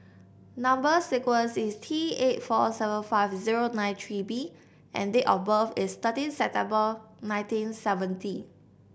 number sequence is T eight four seven five zero nine three B and date of birth is thirteen September nineteen seventy